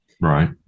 Right